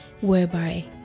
Whereby